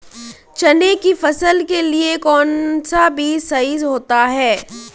चने की फसल के लिए कौनसा बीज सही होता है?